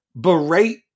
berate